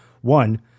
One